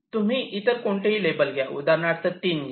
तुम्ही इतर कोणतेही लेबल घ्या उदाहरणार्थ 3 घ्या